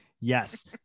Yes